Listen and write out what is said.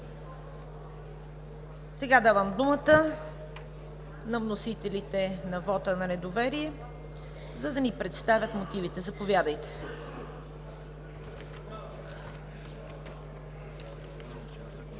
Давам думата на вносителите на вота на недоверие, за да ни представят мотивите. Заповядайте.